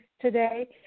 today